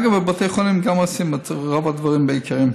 אגב, גם בבתי חולים עושים את רוב הדברים האפשריים